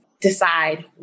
decide